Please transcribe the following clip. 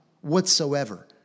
whatsoever